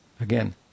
Again